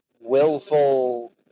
willful